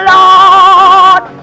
Lord